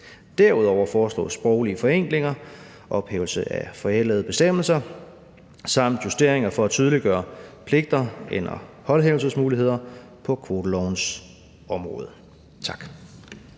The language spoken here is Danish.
Derudover foreslås sproglige forenklinger, ophævelse af forældede bestemmelser samt justeringer for at tydeliggøre pligter eller håndhævelsesmuligheder på kvotelovens område. Tak.